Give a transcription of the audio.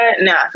no